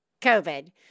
COVID